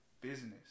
business